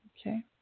Okay